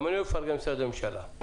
גם אני מפרגן למשרדי ממשלה.